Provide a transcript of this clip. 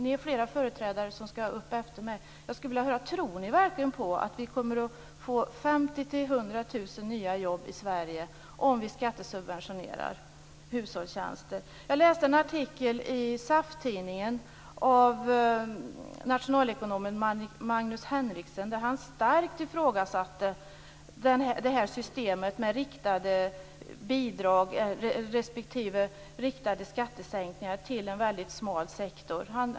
Ni är flera företrädare som skall upp efter mig, och jag skulle vilja fråga: Tror ni verkligen att vi kommer att få 50 000-100 000 nya jobb i Sverige om vi skattesubventionerar hushållstjänster? Jag läste en artikel i SAF-tidningen av nationalekonomen Magnus Henriksen där han starkt ifrågasatte det här systemet med riktade bidrag respektive riktade skattesänkningar till en väldigt smal sektor.